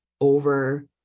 over